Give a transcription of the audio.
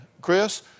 Chris